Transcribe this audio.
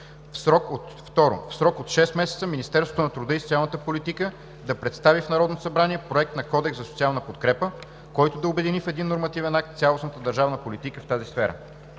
В срок от шест месеца Министерството на труда и социалната политика да представи в Народното събрание проект на кодекс за социална подкрепа, който да обедини в един нормативен акт цялостната държавна политика в тази сфера.“